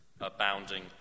abounding